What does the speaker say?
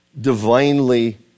divinely